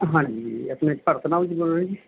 ਹਾਂਜੀ ਆਪਣੇ ਭਗਤ ਰਾਮ ਜੀ ਬੋਲ ਰਹੇ ਹੋ ਜੀ